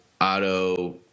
auto